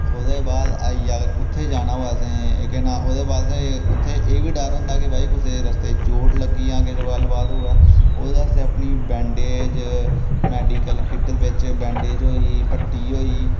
ओह्दे बाद आई गेआ अगर उत्थें जाना होऐ असें केह् नांऽ ओह्दे बाद उत्थै एह् बी डर होंदा कि भाई कुसै ई रस्ते च चोट लग्गी जां केह् गल्ल बात होऐ ओह्दे आस्तै अपनी वैंडेज मेडिकल किट बिच्च वैंडेज होई गेई पट्टी होई